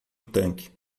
tanque